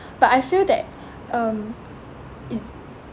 but I feel that um it